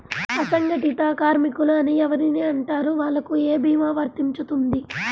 అసంగటిత కార్మికులు అని ఎవరిని అంటారు? వాళ్లకు ఏ భీమా వర్తించుతుంది?